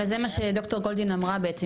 אבל זה מה שד"ר גולדין אמרה בעצם.